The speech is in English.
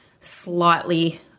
slightly